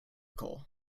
coal